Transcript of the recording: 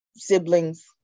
Siblings